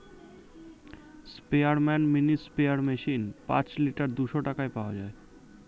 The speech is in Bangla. স্পেয়ারম্যান মিনি স্প্রেয়ার মেশিন পাঁচ লিটার দুইশো টাকায় পাওয়া যায়